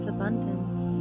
abundance